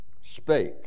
spake